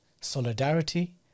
solidarity